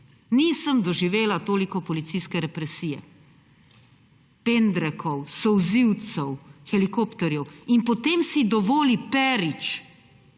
nisem doživela toliko policijske represije, pendrekov, solzivcev, helikopterjev. In potem si dovoli Perič